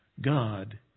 God